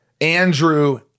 Andrew